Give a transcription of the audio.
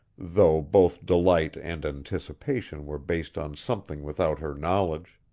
though both delight and anticipation were based on something without her knowledge.